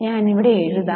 ഞാൻ ഇവിടെ എഴുതാം